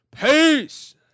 Peace